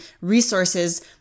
resources